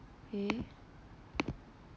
eh